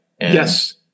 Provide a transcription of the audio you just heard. Yes